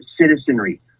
citizenry